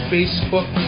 Facebook